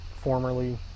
formerly